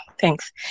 thanks